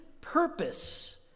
purpose